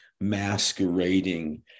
masquerading